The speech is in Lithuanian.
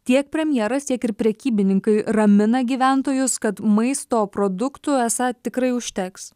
tiek premjeras tiek ir prekybininkai ramina gyventojus kad maisto produktų esą tikrai užteks